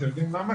אתם יודעים למה?